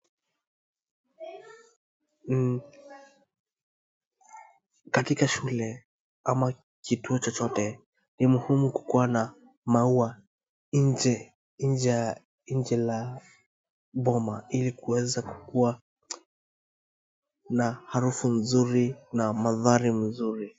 Katika shule ama kituo chochote ni muhimu kukua na maua nje nje ya boma ili kuweza kukua na harufu nzuri na manthari nzuri.